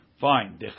Fine